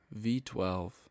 V12